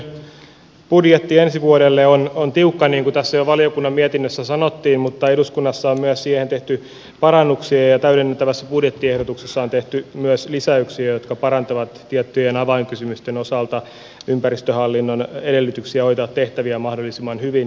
ympäristöministeriön budjetti ensi vuodelle on tiukka niin kuin tässä jo valiokunnan mietinnössä sanottiin mutta eduskunnassa on myös siihen tehty parannuksia ja täydentävässä budjettiehdotuksessa on tehty myös lisäyksiä jotka parantavat tiettyjen avainkysymysten osalta ympäristöhallinnon edellytyksiä hoitaa tehtäviään mahdollisimman hyvin